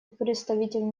представитель